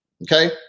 Okay